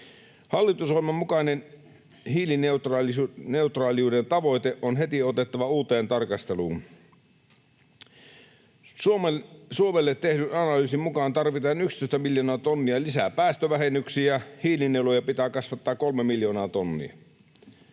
Hallitusohjelman mukainen hiilineutraaliuden tavoite on heti otettava uuteen tarkasteluun. Suomelle tehdyn analyysin mukaan tarvitaan 11 miljoonaa tonnia lisää päästövähennyksiä, hiilinieluja pitää kasvattaa 3 miljoonaa tonnia.